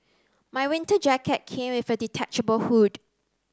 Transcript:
my winter jacket came with a detachable hood